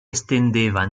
estendeva